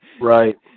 Right